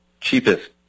cheapest